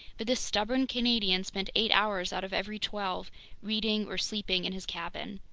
but this stubborn canadian spent eight hours out of every twelve reading or sleeping in his cabin.